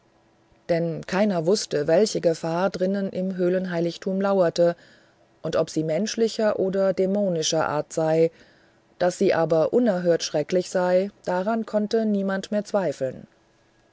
denn keiner wußte welche gefahr drinnen im höhlenheiligtum lauerte und ob sie menschlicher oder dämonischer art sei daß sie aber unerhört schrecklich sei daran konnte niemand mehr zweifeln